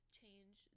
change